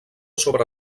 sobre